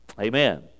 Amen